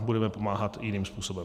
Budeme pomáhat jiným způsobem.